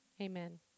amen